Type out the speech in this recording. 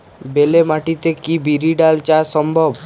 বেলে মাটিতে কি বিরির ডাল চাষ সম্ভব?